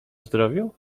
zdrowiu